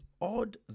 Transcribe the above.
odd